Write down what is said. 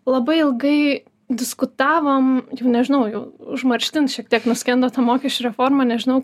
labai ilgai diskutavom jau nežinau jau užmarštin šiek tiek nuskendo ta mokesčių reforma nežinau